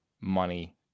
money